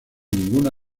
ninguna